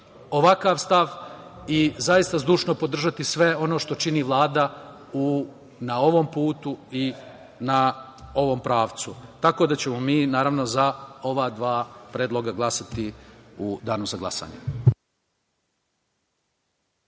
ovakav stav i zaista zdušno podržati sve ono što čini Vlada na ovom putu i na ovom pravcu. Tako da ćemo mi, naravno, za ova dva predloga glasati u danu za glasanje.